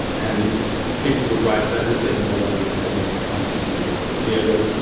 and people would write letters saying nobody is going to come and see you in the theater.